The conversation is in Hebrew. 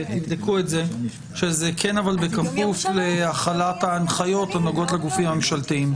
ותבדקו את זה שזה כן בכפוף להחלת ההנחיות הנוגעות לגופים הממשלתיים.